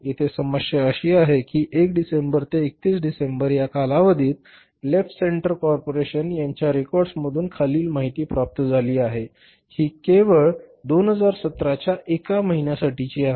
येथे समस्या अशी आहे की 1 डिसेंबर ते 31 डिसेंबर या कालावधीत लेफ्ट सेंटर कॉर्पोरेशन यांच्या रेकॉर्ड्स मधून खालील माहिती प्राप्त झाली आहे ही केवळ 2017 च्या एका महिन्यासाठी आहे